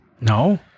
No